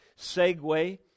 segue